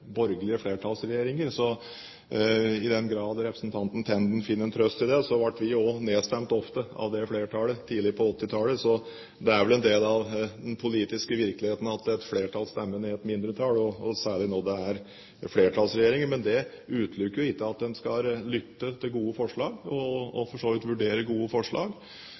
borgerlige flertallsregjeringer. Så, i den grad representanten Tenden finner en trøst i det, ble vi også ofte nedstemt av det flertallet tidlig på 1980-tallet. Det er vel en del av den politiske virkeligheten at et flertall stemmer ned et mindretall, og særlig når det er flertallsregjeringer. Men det utelukker jo ikke at man skal lytte til gode forslag og vurdere gode forslag. Det lovet jeg for så vidt